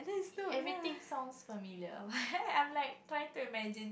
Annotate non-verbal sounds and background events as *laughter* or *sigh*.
everything sounds familiar why *laughs* why I'm like try to imagine